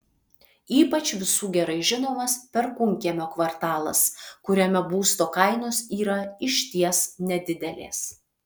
ypač visų gerai žinomas perkūnkiemio kvartalas kuriame būsto kainos yra išties nedidelės